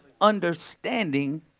understanding